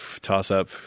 Toss-up